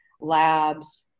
labs